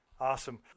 Awesome